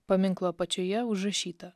paminklo apačioje užrašyta